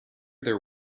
there